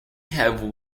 have